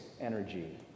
energy